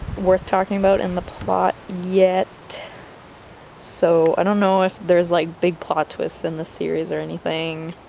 worth talking about in the plot yet so i don't know if there's like big plot twists in the series or anything,